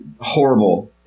horrible